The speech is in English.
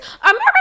America